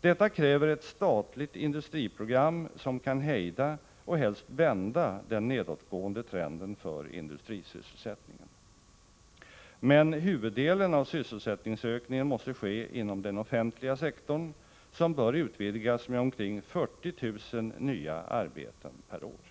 Detta kräver ett statligt industriprogram som kan hejda och helst vända den nedåtgående trenden för industrisysselsättningen. Men huvuddelen av sysselsättningsökningen måste ske inom den offentliga sektorn, som bör utvidgas med omkring 40 000 nya arbeten per år.